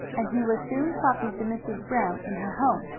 and he was soon talking to mrs. brown in her home.